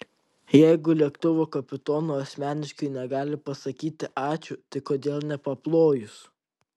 jeigu lėktuvo kapitonui asmeniškai negali pasakyti ačiū tai kodėl nepaplojus